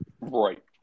Right